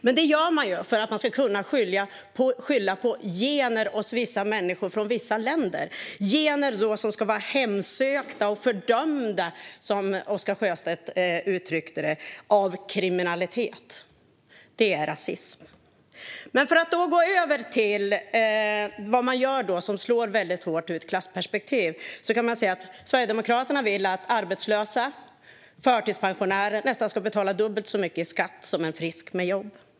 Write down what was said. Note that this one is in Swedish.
Detta gör man för att man ska kunna skylla på gener hos vissa människor från vissa länder - gener som ska vara hemsökta och fördömda, som Oscar Sjöstedt utryckte det, av kriminalitet. Det är rasism. För att gå över till vad de gör som slår väldigt hårt ur ett klassperspektiv kan man säga att Sverigedemokraterna vill att arbetslösa och förtidspensionärer ska betala nästan dubbelt så mycket i skatt som en frisk person med jobb.